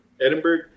Edinburgh